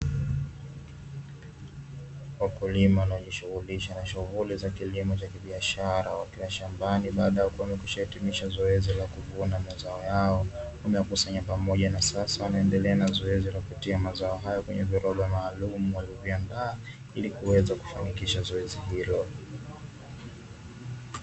Wakulima wanaojishughulisha na shughuli za kilimo cha kibiashara, wakiwa shambani baada ya kuwa wamekwisha hitimisha zoezi la kuvuna mazao yao, wameyakusanya pamoja na sasa wanaendelea na zoezi la kutia mazao hayo kwenye viroba maalumu walivyoandaa ili kuweza kufanikisha zoezi hilo.